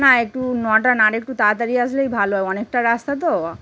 না একটু নটা না আর একটু তাড়াতাড়ি আসলেই ভালো হয় অনেকটা রাস্তা তো